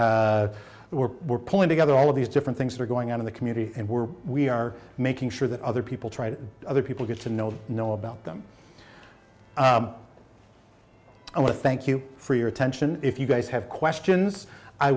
or we're pulling together all of these different things that are going on in the community and we're we are making sure that other people try to other people get to know know about them i want to thank you for your attention if you guys have questions i